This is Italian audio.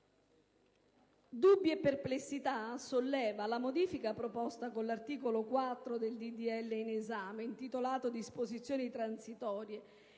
Dubbi e perplessità solleva la modifica proposta con l'articolo 4 del disegno di legge in esame, intitolato «Disposizioni transitorie»,